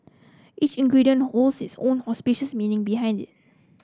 each ingredient holds its own auspicious meaning behind it